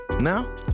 Now